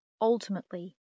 ultimately